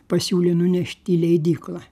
pasiūlė nunešt į leidyklą